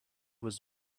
was